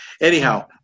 Anyhow